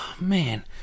man